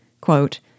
Quote